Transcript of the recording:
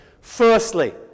Firstly